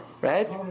Right